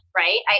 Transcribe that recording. right